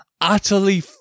utterly